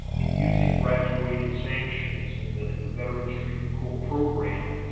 in using graduated sanctions in the in the veterans treatment court program,